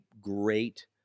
great